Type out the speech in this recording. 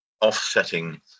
offsetting